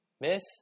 Miss